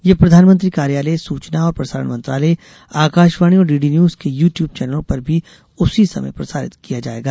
ये प्रधानमंत्री कार्यालय सूचना और प्रसारण मंत्रालय आकाशवाणी और डीडी न्यूज के यू टयूब चैनलों पर भी उसी समय प्रसारित किया जायेगा